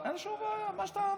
אין שום בעיה, מה שאתה מחליט.